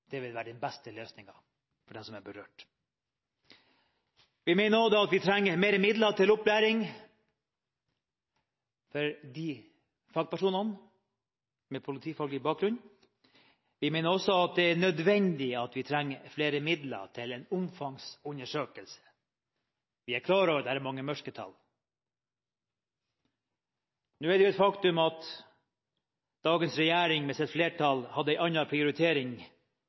Det vil være den beste løsningen for dem som er berørt. Vi mener også at vi trenger mer midler til opplæring for disse fagpersonene med politifaglig bakgrunn. Vi mener også at det er nødvendig med flere midler til en omfangsundersøkelse. Vi er klar over at det er mange mørketall. Nå er det et faktum at dagens regjering, med sitt flertall, hadde en annen prioritering